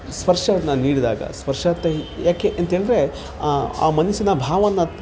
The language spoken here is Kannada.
ಸ್ವರ್ಶವನ್ನು ನೀಡಿದಾಗ ಸ್ವರ್ಶ ಅಂತ ಯಾಕೆ ಅಂತ್ಹೇಳಿದ್ರೆ ಆ ಮನಸ್ಸಿನ ಭಾವವನ್ನು